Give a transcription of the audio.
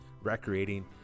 recreating